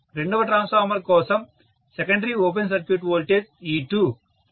రెండవ ట్రాన్స్ఫార్మర్ కోసం secondary side open circuit voltage E2